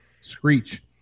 screech